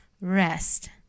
rest